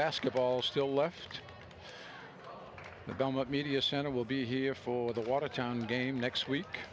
basketball still left the belmont media center will be here for the watertown game next week